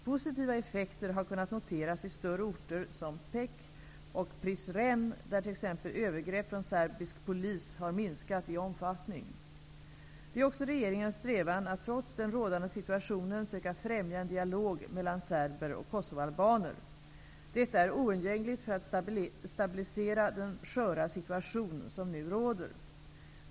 Positiva effekter har kunnat noteras i större orter som Pec och Prizren, där t.ex. övergrepp från serbisk polis har minskat i omfattning. Det är också regeringens strävan att trots den rådande situationen söka främja en dialog mellan serber och kosovoalbaner. Detta är oundgängligt för att stabilisera den sköra situation som nu råder.